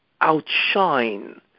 outshine